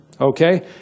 okay